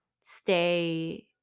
stay